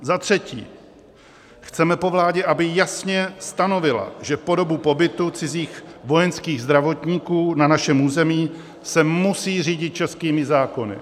Za třetí, chceme po vládě, aby jasně stanovila, že po dobu pobytu cizích vojenských zdravotníků na našem území se musí řídit českými zákony.